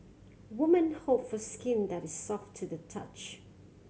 woman hope for skin that is soft to the touch